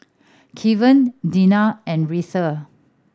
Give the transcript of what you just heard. Kevan Dina and Retha